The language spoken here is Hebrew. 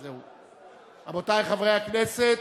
רבותי, חברי הכנסת,